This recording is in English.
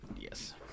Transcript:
Yes